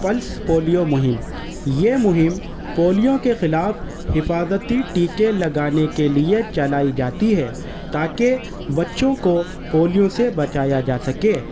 plus polio مہم یہ مہم پولیو کے خلاف حفاظتی ٹیکے لگانے کے لیے چلائی جاتی ہے تاکہ بچوں کو پولیو سے بچایا جا سکے